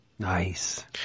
Nice